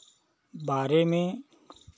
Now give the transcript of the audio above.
बारे में